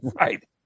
Right